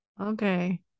Okay